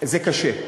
זה קשה,